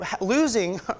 losing